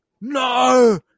no